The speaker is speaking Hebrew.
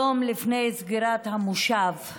יום לפני סגירת המושב,